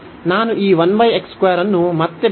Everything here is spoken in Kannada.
ನಾನು ಈ ಅನ್ನು ಮತ್ತೆ ಬರೆಯುತ್ತೇನೆ